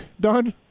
done